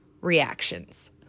reactions